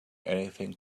anything